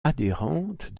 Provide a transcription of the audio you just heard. adhérentes